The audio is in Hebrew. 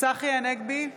צחי הנגבי,